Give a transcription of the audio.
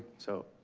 so.